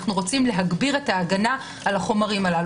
אנו רוצים להגביר את ההגנה על החומרים האלה.